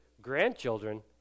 grandchildren